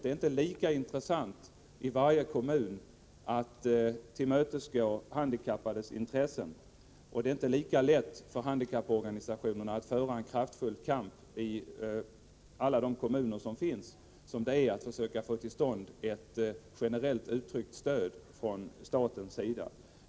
Det är inte lika intressant i varje kommun att tillmötesgå handikappades intressen, och det är inte lika lätt för handikapporganisationerna att föra en kraftfull kampi alla kommuner som det är att försöka få till stånd ett generellt uttryckt — Nr 134 stöd från statens sida.